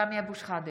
סמי אבו שחאדה,